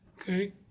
okay